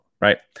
right